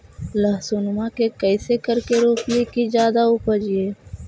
लहसूनमा के कैसे करके रोपीय की जादा उपजई?